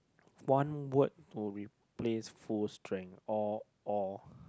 one word will replace full strength or or